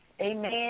Amen